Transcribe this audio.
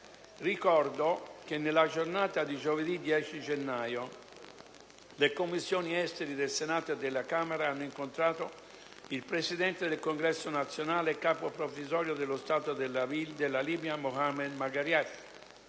Ricordo che nella giornata di giovedì 10 gennaio le Commissioni esteri del Senato e della Camera hanno incontrato il Presidente del Congresso Nazionale e Capo provvisorio dello Stato della Libia, Mohammed Magariaf